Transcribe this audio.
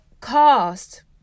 cost